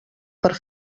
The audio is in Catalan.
per